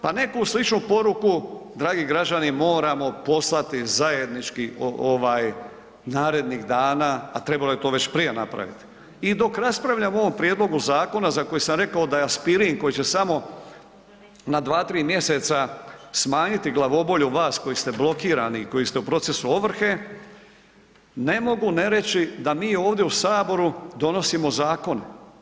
Pa neku sličnu poruku, dragi građani moramo poslati zajednički ovaj narednih dana, a trebalo je to već prije napraviti i dok raspravljamo o ovom prijedlogu zakona za koji sam rekao da je aspirin koji će samo na 2-3 mjeseca smanjiti glavobolju vas koji ste blokirani, koji ste u procesu ovrhe, ne mogu ne reći da mi ovdje u saboru donosimo zakone.